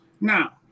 now